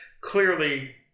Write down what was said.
clearly